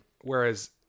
Whereas